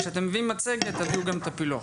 כשאתם מביאים מצגת תביאו גם את הפילוח.